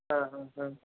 हां हां हां